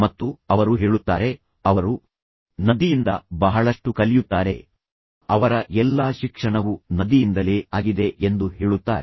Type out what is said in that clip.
ಮತ್ತು ಅವರು ಹೇಳುತ್ತಾರೆ ಅವರು ನದಿಯಿಂದ ಬಹಳಷ್ಟು ಕಲಿಯುತ್ತಾರೆ ಅವರ ಎಲ್ಲಾ ಶಿಕ್ಷಣವು ನದಿಯಿಂದಲೇ ಆಗಿದೆ ಎಂದು ಅವರು ಹೇಳುತ್ತಾರೆ